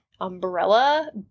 umbrella